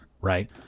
right